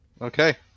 Okay